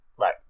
Right